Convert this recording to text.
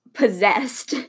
possessed